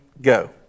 Go